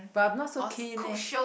but I'm not so keen eh